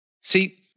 See